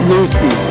Lucy